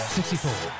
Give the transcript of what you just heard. Sixty-four